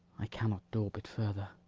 i cannot daub it further.